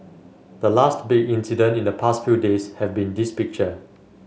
the last big incident in the past few days have been this picture